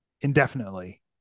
indefinitely